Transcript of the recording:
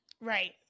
right